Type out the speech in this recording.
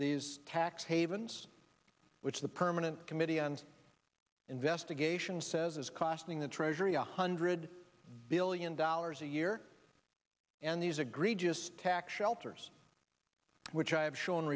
these tax havens which the permanent committee and invest the geisha says it's costing the treasury a hundred billion dollars a year and these agree just tax shelters which i have shown